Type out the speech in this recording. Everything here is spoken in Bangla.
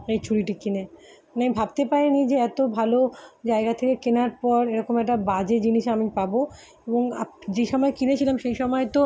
এই ছুরিটি কিনে মানে আমি ভাবতে পারিনি যে এত ভালো জায়গা থেকে কেনার পর এরকম একটা বাজে জিনিস আমি পাব এবং যেই সময় কিনেছিলাম সেই সময় তো